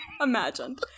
imagined